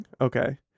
Okay